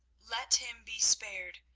let him be spared,